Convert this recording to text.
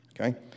Okay